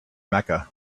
mecca